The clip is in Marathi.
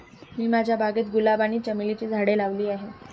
मी माझ्या बागेत गुलाब आणि चमेलीची झाडे लावली आहे